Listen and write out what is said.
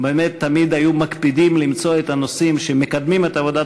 תמיד הקפידו למצוא את הנושאים שמקדמים את עבודת